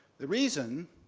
the reason,